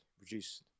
reduced